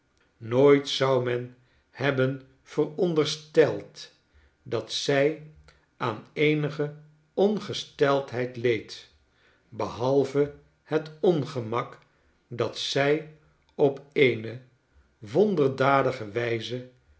nooit zou men hebben verondersteld dat zij aan eenige ongesteldheid leed behalve het ongemak dat zij op eene wonderdadige wijze